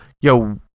yo